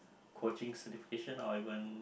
quoting certification or even